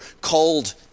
called